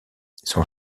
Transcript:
son